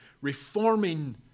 reforming